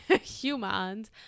humans